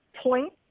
point